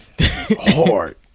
Hard